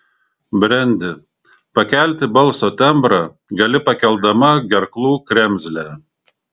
brendi pakelti balso tembrą gali pakeldama gerklų kremzlę